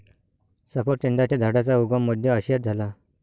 सफरचंदाच्या झाडाचा उगम मध्य आशियात झाला